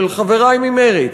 של חברי ממרצ,